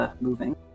moving